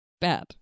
bad